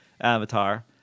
Avatar